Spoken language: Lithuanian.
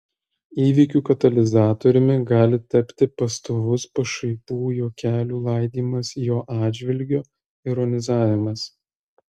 įvykių katalizatoriumi gali tapti pastovus pašaipių juokelių laidymas jo atžvilgiu ironizavimas